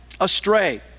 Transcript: astray